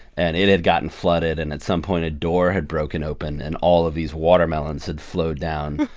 and it had gotten flooded. and at some point, a door had broken open, and all of these watermelons had flowed down.